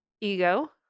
Ego